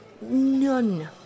None